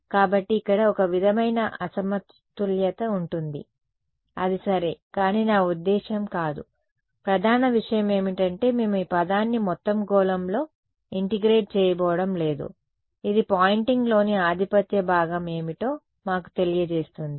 కాబట్టి ఇక్కడ ఒక విధమైన అసమతుల్యత ఉంటుంది అది సరే కానీ నా ఉద్దేశ్యం కాదు ప్రధాన విషయం ఏమిటంటే మేము ఈ పదాన్ని మొత్తం గోళంలో ఇంటిగ్రేట్ చేయబోవడం లేదు ఇది పాయింటింగ్లోని ఆధిపత్య భాగం ఏమిటో మాకు తెలియజేస్తోంది